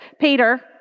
Peter